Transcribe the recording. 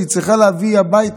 שהיא צריכה להביא הביתה,